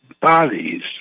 bodies